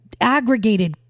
aggregated